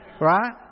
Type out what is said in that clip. right